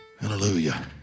Hallelujah